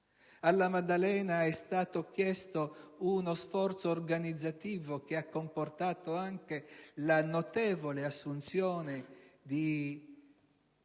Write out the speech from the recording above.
a La Maddalena è stato chiesto uno sforzo organizzativo che ha comportato anche una notevole assunzione di